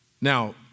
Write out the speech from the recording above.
Now